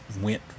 went